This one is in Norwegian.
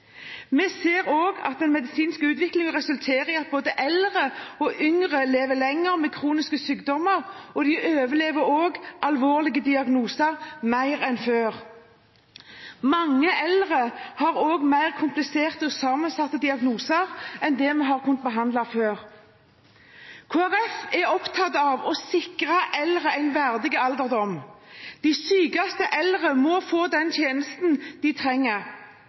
Vi ser også at den medisinske utviklingen resulterer i at både eldre og yngre lever lenger med kroniske sykdommer, og de overlever også alvorlige diagnoser mer enn før. Mange eldre har også mer kompliserte og sammensatte diagnoser enn det vi har kunnet behandle før. Kristelig Folkeparti er opptatt av å sikre eldre en verdig alderdom. De sykeste eldre må få den tjenesten de trenger.